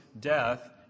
death